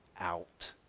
out